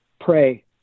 pray